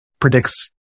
predicts